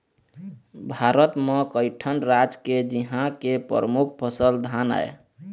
भारत म कइठन राज हे जिंहा के परमुख फसल धान आय